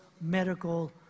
medical